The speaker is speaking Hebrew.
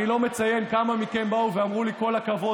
אני לא מציין כמה מכם באו ואמרו לי: כל הכבוד,